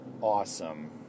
awesome